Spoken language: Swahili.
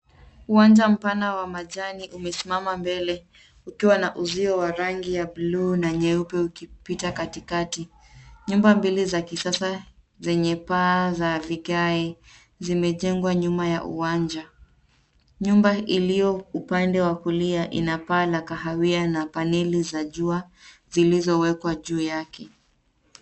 Uwanja mpana wa majani umesimama mbele ukiwa na uzio wa rangi ya bluu na nyeupe ukipita katikati. Nyumba mbili za kisasa zenye paa za vigae zimejengwa nyuma ya uwanja. Nyumba iliyo upande wa kulia ina paa la kahawia na paneli za jua zilizowekwa juu yake.